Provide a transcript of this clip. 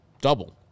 double